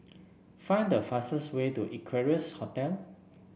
find the fastest way to Equarius Hotel